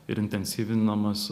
ir intensyvinamas